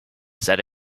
said